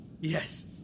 Yes